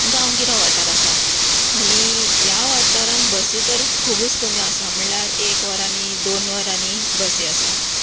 गांवगिरो वाठार आसा आनी ह्या वाठारांत बसी तर खुबूच कमी आसा म्हणल्यार एक वरांनी दोन वरांनी बसी आसात